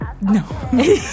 No